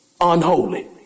unholy